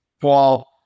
Paul